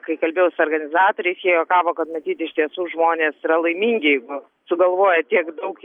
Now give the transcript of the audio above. kai kalbėjau su organizatoriais jie juokavo kad matyt iš tiesų žmonės yra laimingi jeigu sugalvoja tiek daug